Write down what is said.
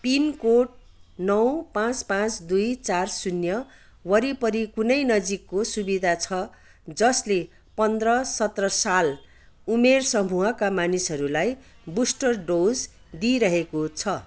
pin code नौ पाँच पाँच दुई चार शून्य वरिपरि कुनै नजिकको सुविधा छ जसले पन्ध्र सत्र साल उमेर समूहका मानिसहरूलाई बुस्टर डोज दिइरहेको छ